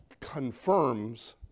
confirms